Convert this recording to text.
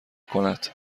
کند